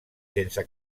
sense